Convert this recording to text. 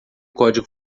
código